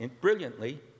brilliantly